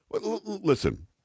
Listen